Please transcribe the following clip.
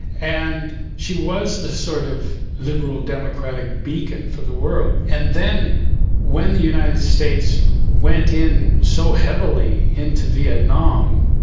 and she was the sort of liberal democratic beacon for the world. and then when the united states went in so heavily into vietnam,